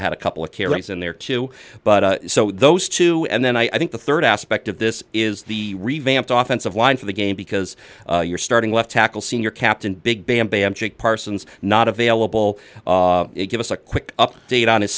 pereira had a couple of carrots in there too but so those two and then i think the third aspect of this is the revamped office of line for the game because you're starting left tackle senior captain big bam bam chick parsons not available give us a quick update on his